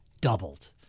doubled